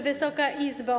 Wysoka Izbo!